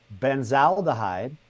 Benzaldehyde